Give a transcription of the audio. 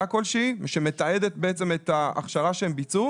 כלשהי שמתעדת בעצם את ההכשרה שהם ביצעו,